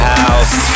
house